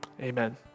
Amen